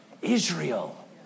Israel